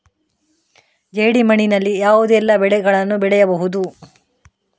ಜೇಡಿ ಮಣ್ಣಿನಲ್ಲಿ ಯಾವುದೆಲ್ಲ ಬೆಳೆಗಳನ್ನು ಬೆಳೆಯಬಹುದು?